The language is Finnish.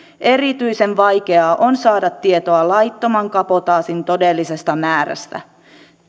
erityisen vaikeaa on saada tietoa laittoman kabotaasin todellisesta määrästä